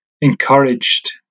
encouraged